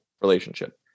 relationship